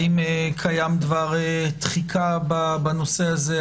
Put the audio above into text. האם קיים דבר דחיקה בנושא הזה?